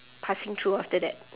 passing through after that